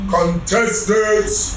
Contestants